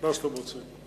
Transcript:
מה שאתם רוצים.